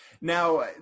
Now